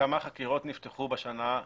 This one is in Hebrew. כמה חקירות נפתחו בשנה,